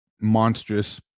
monstrous